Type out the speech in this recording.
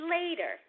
later